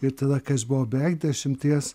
ir tada kai aš buvau beveik dešimties